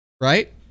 Right